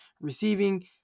receiving